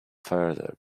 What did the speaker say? further